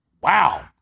Wow